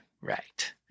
Right